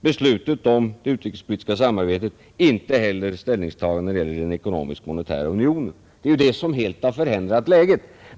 beslutet om det utrikespolitiska samarbetet, inte heller stäilningstagandet i fråga om den ekonomiskmonitära unionen, Det är ju det som helt har förändrat läget.